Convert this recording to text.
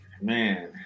Man